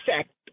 effect